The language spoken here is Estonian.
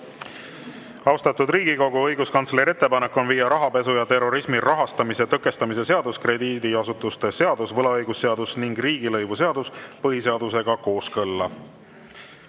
juurde. Austatud Riigikogu! Õiguskantsleri ettepanek on viia rahapesu ja terrorismi rahastamise tõkestamise seadus, krediidiasutuste seadus, võlaõigusseadus ning riigilõivuseadus põhiseadusega kooskõlla.